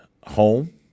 home